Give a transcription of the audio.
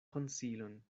konsilon